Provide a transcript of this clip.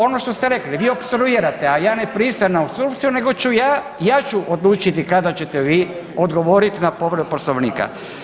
Ono što ste rekli vi opstruirate, a ja ne pristajem na opstrukciju nego ću ja, ja ću odlučiti kada ćete vi odgovorit na povredu Poslovnika.